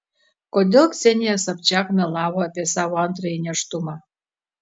kodėl ksenija sobčiak melavo apie savo antrąjį nėštumą